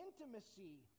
intimacy